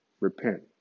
repent